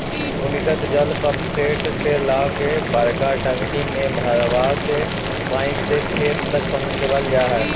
भूमिगत जल पम्पसेट से ला के बड़का टंकी में भरवा के पाइप से खेत तक पहुचवल जा हई